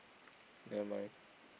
never mind